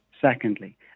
Secondly